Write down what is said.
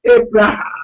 Abraham